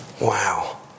Wow